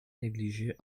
negligée